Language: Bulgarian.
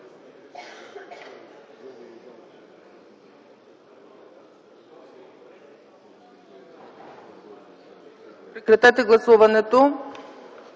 Прекратете гласуването,